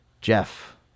Jeff